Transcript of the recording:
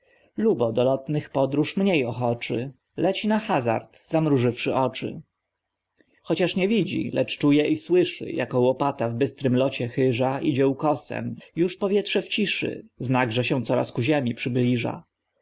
lotnych podróż mniej ochoczy leci na hazard zamrużywszy oczy chociaż nie widzi lecz czuje i słyszy jako łopata w bystrym locie chyża idzie ukosem już powietrze w ciszy znak że się coraz ku ziemi przybliża